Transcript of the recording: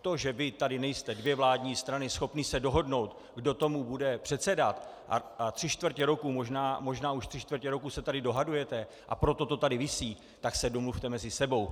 To, že vy tady nejste, dvě vládní strany, schopni se dohodnout, kdo tomu bude předsedat, a tři čtvrtě roku, možná už tři čtvrtě roku se tady dohadujete, a proto to tady visí tak se domluvte mezi sebou.